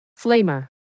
Flamer